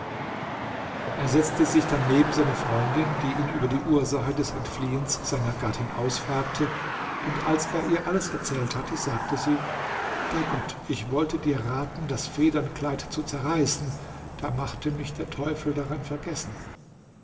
er setzte sich dann neben seine freundin die ihn über die ursache des entfliehens seiner gattin ausfragte und als er ihr alles erzählt hatte sagte sie bei gott ich wollte dir raten das federnkleid zu zerreißen da machte mich der teufel daran vergessen